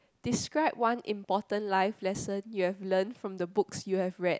describe one important life lesson you have learned from the books you had read